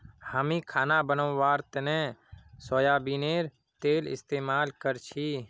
हामी खाना बनव्वार तने सोयाबीनेर तेल इस्तेमाल करछी